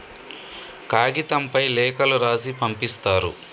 కాగితంపై లేఖలు రాసి పంపిస్తారు